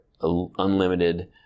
unlimited